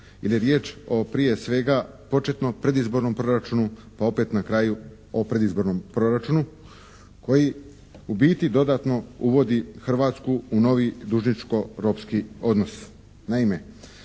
je riječ o prije svega početno predizbornom proračunu pa opet na kraju o predizbornom proračunu koji u biti dodatno uvodi Hrvatsku u novi dužničko-ropski odnos.